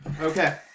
Okay